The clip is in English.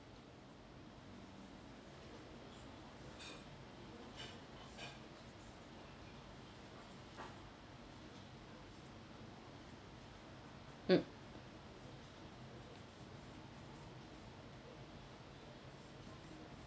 mm